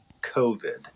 covid